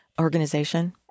organization